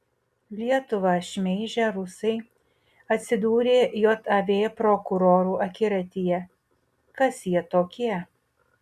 lietuvą šmeižę rusai atsidūrė jav prokurorų akiratyje kas jie tokie